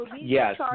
Yes